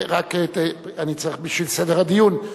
אני רק צריך בשביל סדר הדיון.